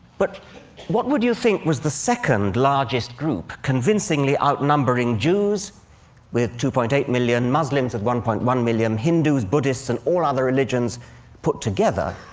but what would you think was the second largest group, convincingly outnumbering jews with two point eight million, muslims at one point one million, hindus, buddhists and all other religions put together?